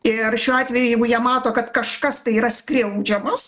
ir šiuo atveju jeigu jie mato kad kažkas tai yra skriaudžiamas